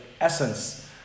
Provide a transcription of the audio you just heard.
essence